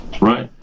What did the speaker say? Right